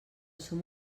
som